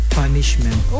punishment